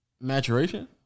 Maturation